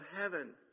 heaven